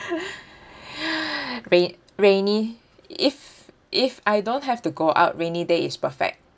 rain rainy if if I don't have to go out rainy day is perfect